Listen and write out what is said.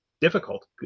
difficult